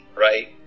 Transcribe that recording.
right